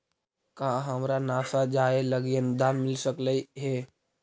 का हमरा नासा जाये लागी अनुदान मिल सकलई हे?